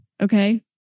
Okay